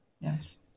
Yes